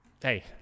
hey